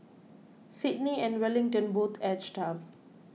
Sydney and Wellington both edged up